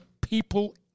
people